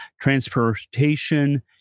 transportation